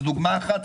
זאת דוגמה אחת,